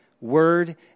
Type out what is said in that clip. word